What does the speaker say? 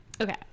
Okay